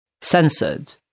censored